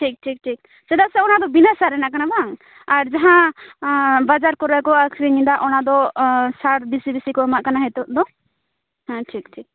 ᱴᱷᱤᱠᱼᱴᱷᱤᱠᱼᱴᱷᱤᱠ ᱪᱮᱫᱟᱜ ᱥᱮ ᱚᱱᱟ ᱫᱚ ᱵᱤᱱᱟᱹ ᱥᱟᱨ ᱨᱮᱱᱟᱜ ᱠᱟᱱᱟ ᱵᱟᱝ ᱟᱨ ᱡᱟᱦᱟᱸ ᱵᱟᱡᱟᱨ ᱠᱚᱨᱮ ᱠᱚ ᱟᱹᱠᱷᱟᱨᱤᱧᱮᱫᱟ ᱚᱱᱟ ᱫᱚ ᱥᱟᱨ ᱵᱤᱥᱤ ᱵᱤᱥᱤ ᱠᱚ ᱮᱢᱟᱜ ᱠᱟᱱᱟ ᱱᱤᱛᱚᱜ ᱫᱚ ᱦᱮᱸ ᱴᱷᱤᱠ ᱴᱷᱤᱠ